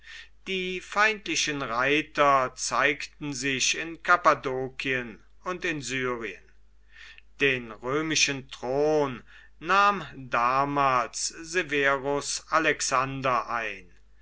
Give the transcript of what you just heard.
die feindlichen reiter zeigten sich in kappadokien und in syrien den römischen thron nahm damals severus alexander ein